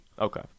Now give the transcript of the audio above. Okay